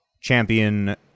champion